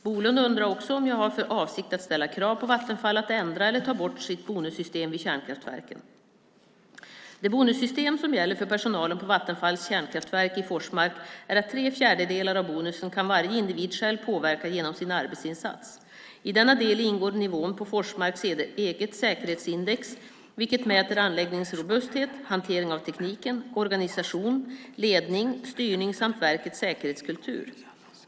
Bolund undrar också om jag har för avsikt att ställa krav på Vattenfall att ändra eller ta bort sitt bonussystem vid kärnkraftverken. Det bonussystem som gäller för personalen på Vattenfalls kärnkraftverk i Forsmark är att varje individ själv kan påverka tre fjärdedelar av bonusen genom sin arbetsinsats. I denna del ingår nivån på Forsmarks eget säkerhetsindex, vilket mäter anläggningens robusthet, hantering av tekniken, organisation, ledning, styrning samt verkets säkerhetskultur.